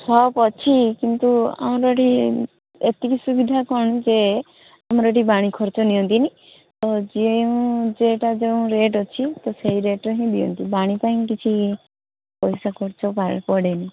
ସବ ଅଛି କିନ୍ତୁ ଆମର ଏଠି ଏତିକି ସୁବିଧା କ'ଣ ଯେ ଆମର ଏଠି ବାଣୀ ଖର୍ଚ୍ଚ ନିଅନ୍ତିନି ତ ଯେଉଁ ଯେଟା ଯେଉଁ ରେଟ୍ ଅଛି ତ ସେଇ ରେଟ୍ରେ ହିଁ ଦିଅନ୍ତି ବାଣୀ ପାଇଁ କିଛି ପଇସା ଖର୍ଚ୍ଚ ପଡ଼େନି